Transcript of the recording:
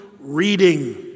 reading